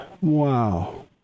Wow